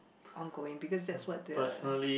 on going because that's what the